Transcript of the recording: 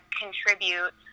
contribute